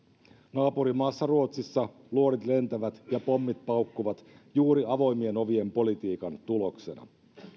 naapurimaassa ruotsissa luodit lentävät ja pommit paukkuvat juuri avoimien ovien politiikan tuloksena